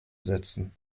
setzen